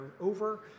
over